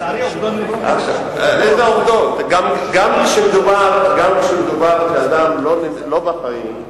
לצערי, העובדות, גם כשמדובר באדם שלא בחיים,